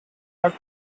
hugh